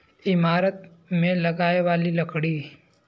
ईमारत मे लगाए वाली लकड़ी